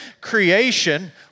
creation